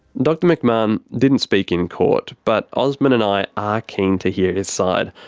dr mcmahon didn't speak in court, but osman and i are keen to hear his side.